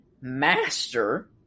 master